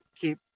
keep